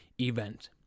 event